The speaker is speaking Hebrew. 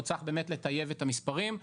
עוד צריך באמת לטייב את המספרים,